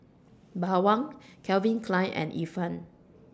Bawang Calvin Klein and Ifan